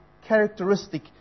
characteristic